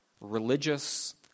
religious